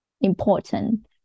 important